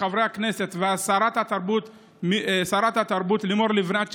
חברי הכנסת ושרת התרבות לימור לבנת,